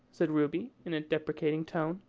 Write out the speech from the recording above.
said ruby in a deprecating tone.